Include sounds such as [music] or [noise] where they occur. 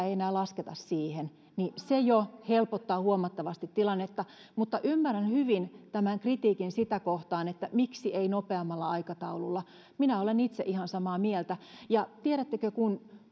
[unintelligible] ei enää lasketa siihen niin se jo helpottaa huomattavasti tilannetta ymmärrän hyvin tämän kritiikin sitä kohtaan että miksi ei nopeammalla aikataululla minä olen itse ihan samaa mieltä ja tiedättekö kun